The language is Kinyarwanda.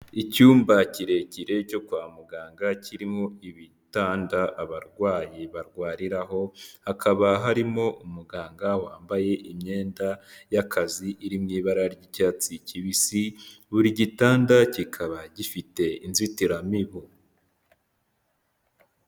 Icyumba kirekire cyo kwa muganga kirimo ibitanda abarwayi barwariraho, hakaba harimo umuganga wambaye imyenda y'akazi iri mu ibara ry'icyatsi kibisi, buri gitanda kikaba gifite inzitiramibu.